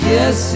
Yes